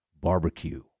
Barbecue